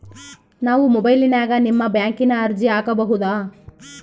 ನಾವು ಮೊಬೈಲಿನ್ಯಾಗ ನಿಮ್ಮ ಬ್ಯಾಂಕಿನ ಅರ್ಜಿ ಹಾಕೊಬಹುದಾ?